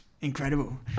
incredible